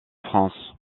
france